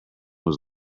was